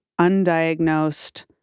undiagnosed